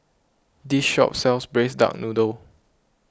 this shop sells Braised Duck Noodle